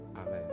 amen